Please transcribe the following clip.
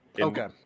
okay